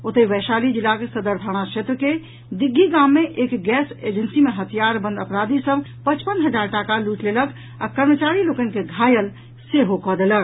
ओतहि वैशाली जिलाक सदर थाना क्षेत्र के दिग्घी गाम मे एक गैस एजेंसी मे हथियार बंद अपराधी पचपन हजार टाका लूटि लेलक आ कर्मचारी लोकनि के घायल सेहो कऽ देलक